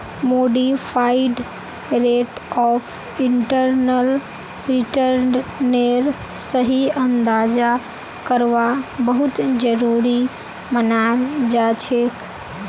modified rate of internal रिटर्नेर सही अंदाजा करवा बहुत जरूरी मनाल जाछेक